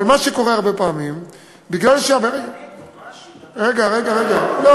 אבל מה שקורה הרבה פעמים, גם ברוטו, לא,